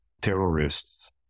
terrorists